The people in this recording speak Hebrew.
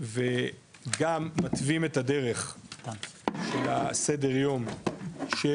וגם מתווים את הדרך של הסדר יום של